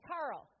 Carl